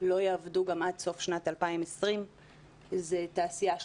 לא יעבדו גם עד סוף שנת 2020. זו תעשייה שלמה,